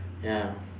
ya